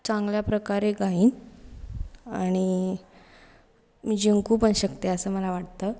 चांगल्या प्रकारे गाईन आणि मी जिंकू पण शकते असं मला वाटतं